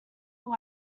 will